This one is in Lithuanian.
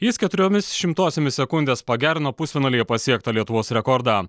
jis keturiomis šimtosiomis sekundės pagerino pusfinalyje pasiektą lietuvos rekordą